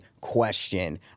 question